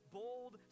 bold